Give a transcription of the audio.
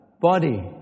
body